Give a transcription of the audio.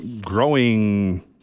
growing